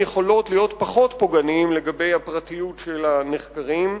יכולת להיות פחות פוגעניים לגבי הפרטיות של הנחקרים.